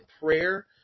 prayer